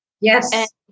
Yes